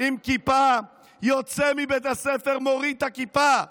עם כיפה, יוצא מבית הספר, מוריד את הכיפה.